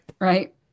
Right